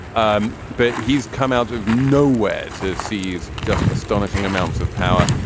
um but he's come out of nowhere to seize just astonishing amounts of power.